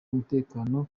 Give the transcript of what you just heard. umutekano